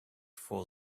for